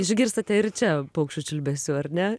išgirstate ir čia paukščių čiulbesių ar ne